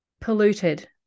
polluted